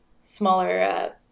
smaller